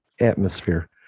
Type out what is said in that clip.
atmosphere